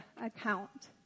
account